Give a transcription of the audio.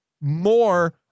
more